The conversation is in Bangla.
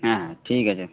হ্যাঁ ঠিক আছে